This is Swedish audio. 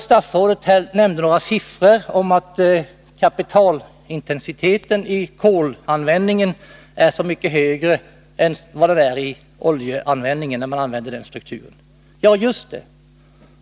Statsrådet nämnde några siffror om att kapitalintensiteten vid kolanvändning är mycket högre än vid oljeanvändning. Just det.